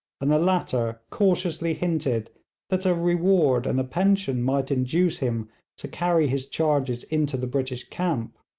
and the latter cautiously hinted that a reward and a pension might induce him to carry his charges into the british camp.